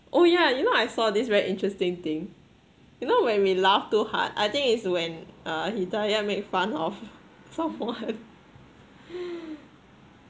oh yeah you know I saw this very interesting thing you know when we laugh too hard I think is when uh hidayah make fun of someone